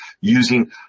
using